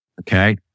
Okay